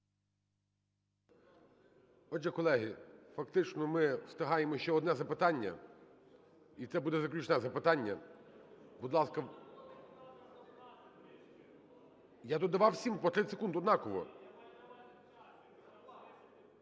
Отже, колеги, фактично ми встигаємо ще одне запитання, і це буде заключне запитання. Будь ласка. (Шум у залі) Я додавав всім по 30 секунд однаково.